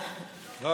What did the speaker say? לא,